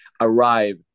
arrive